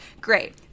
great